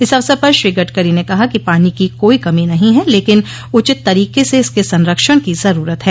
इस अवसर पर श्री गडकरी ने कहा कि पानी की कोई कमी नहीं है लेकिन उचित तरीके से इसके संरक्षण की जरूरत है